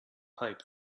pipe